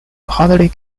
hardly